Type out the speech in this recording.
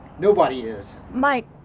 nobody is. mike,